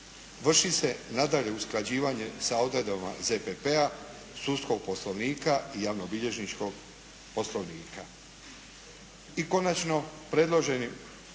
Vrši se nadalje usklađivanje sa odredbama ZPP-a, Sudskog poslovnika i Javnobilježničkog Poslovnika.